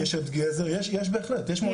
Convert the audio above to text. יש בהחלט, יש מועצות.